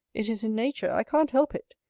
it is in nature. i can't help it.